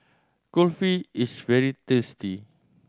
kulfi is very tasty